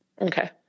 okay